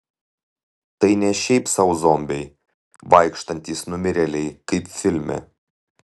tai ne šiaip sau zombiai vaikštantys numirėliai kaip filme